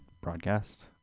broadcast